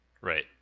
Right